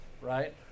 Right